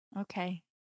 Okay